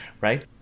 right